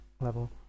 level